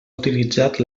utilitzat